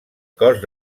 cos